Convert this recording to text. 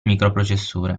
microprocessore